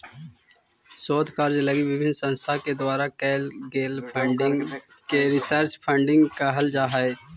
शोध कार्य लगी विभिन्न संस्था के द्वारा कैल गेल फंडिंग के रिसर्च फंडिंग कहल जा हई